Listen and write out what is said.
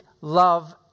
love